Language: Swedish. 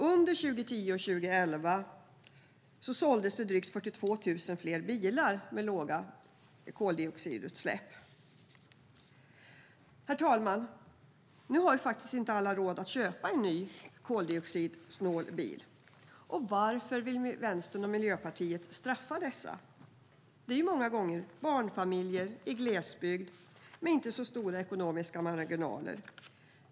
Under 2010 och 2011 såldes drygt 42 000 fler bilar med låga koldioxidutsläpp. Herr talman! Nu har faktiskt inte alla råd att köpa en ny, koldioxidsnål bil. Varför vill Vänstern och Miljöpartiet straffa dessa? Det är många gånger barnfamiljer i glesbygd som inte har så stora ekonomiska marginaler.